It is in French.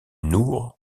nour